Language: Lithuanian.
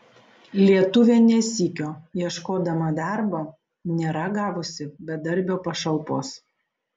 lietuvė ne sykio ieškodama darbo nėra gavusi bedarbio pašalpos